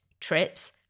trips